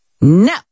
no